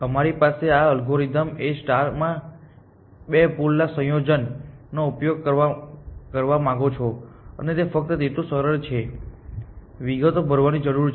અમારી પાસે આ અલ્ગોરિધમ A માં બે પુલના સંયોજનનો ઉપયોગ કરવા માંગે છો અને તે ફક્ત તેટલું જ સરળ છે વિગતો ભરવાની જરૂર છે